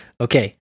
Okay